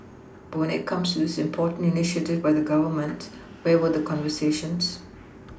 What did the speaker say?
but when it comes to this most important initiative by the Government where were the conversations